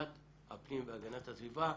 ועדת הפנים והגנת הסביבה.